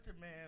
Man